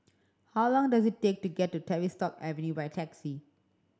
how long does it take to get to Tavistock Avenue by taxi